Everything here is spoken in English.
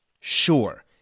Sure